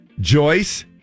Joyce